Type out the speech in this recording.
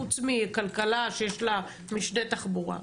חוץ מכלכלה שיש לה משנה תחבורה.